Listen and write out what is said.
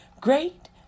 Great